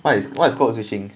what is what's code switching